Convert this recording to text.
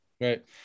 Right